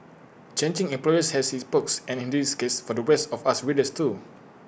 changing employers has its perks and in this case for the rest of us readers too